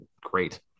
great